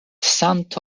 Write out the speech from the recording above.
santo